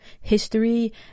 history